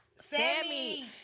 Sammy